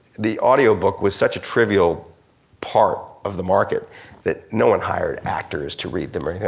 the audiobook was such a trivial part of the market that no one hired actors to read them or,